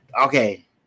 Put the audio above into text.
Okay